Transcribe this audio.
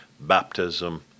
baptism